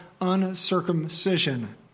uncircumcision